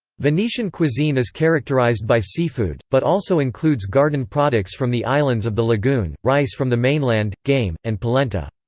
venetian cuisine is characterized by seafood, but also includes garden products from the islands of the lagoon, rice from the mainland, game, and polenta.